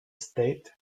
state